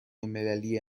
الملی